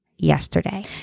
yesterday